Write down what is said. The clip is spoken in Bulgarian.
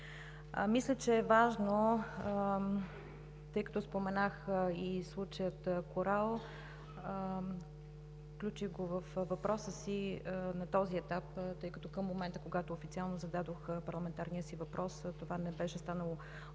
Мисля, че е важно, тъй като споменах и случая „Корал“, включих го във въпроса си на този етап, тъй като към момента, когато официално зададох парламентарния си въпрос, това не беше станало обществено